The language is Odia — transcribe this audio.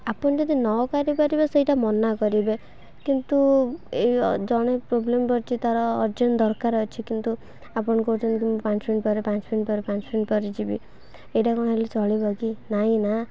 ଆପଣ ଯଦି ନ କରିପାରିବେ ସେଇଟା ମନା କରିବେ କିନ୍ତୁ ଏଇ ଜଣେ ପ୍ରୋବ୍ଲେମ ପଡ଼ିଛି ତା'ର ଅର୍ଜେଣ୍ଟ ଦରକାର ଅଛି କିନ୍ତୁ ଆପଣ କହୁଛନ୍ତି କି ମୁଁ ପାଞ୍ଚ ମିନିଟ୍ ପରେ ପାଞ୍ଚ ମିନିଟ୍ ପରେ ପାଞ୍ଚ ମିନିଟ୍ ପରେ ଯିବି ଏଇଟା କ'ଣ ହେଲେ ଚଳିବ କି ନାଇଁ ନା